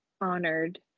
honored